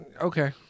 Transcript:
Okay